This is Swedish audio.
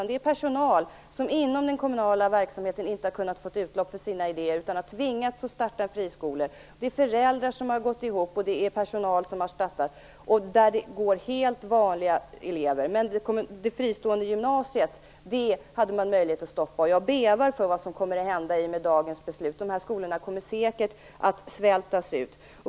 Det är personal som inom den kommunala verksamheten inte har kunnat få utlopp för sina idéer och det är föräldrar som har gått ihop och startat dessa friskolor. Där går det helt vanliga elever. Men man hade möjlighet att stoppa det fristående gymnasiet. Jag bävar för det som kommer att hända i och med dagens beslut. Dessa skolor kommer säkert att svältas ut.